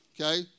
okay